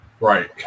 Right